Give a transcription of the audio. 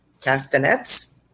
castanets